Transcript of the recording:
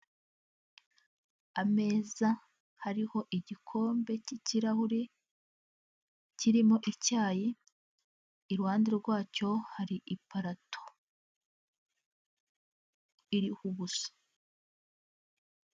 Ameza hariho igikombe cy'ikirahure, kirimo icyayi iruhande rwacyo hari iparato iriho ubusa.